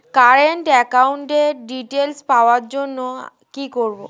Current একাউন্টের details পাওয়ার জন্য কি করব?